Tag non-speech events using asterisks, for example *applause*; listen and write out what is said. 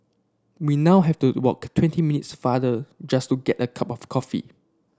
we now have to walk twenty *unintelligible* farther just to get a cup of coffee